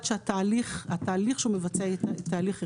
שהתהליך שהוא מבצע הוא תהליך איכותי.